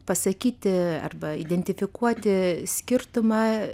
pasakyti arba identifikuoti skirtumą